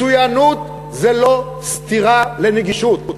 מצוינות זה לא סתירה לנגישות.